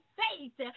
faith